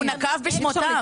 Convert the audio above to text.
הוא נקב בשמות.